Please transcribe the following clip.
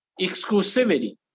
exclusivity